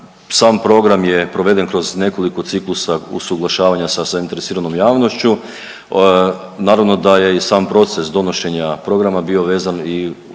Sam program je proveden kroz nekoliko ciklusa usuglašavanja sa zainteresiranom javnošću. Naravno da je i sam proces donošenja programa bio vezan i uz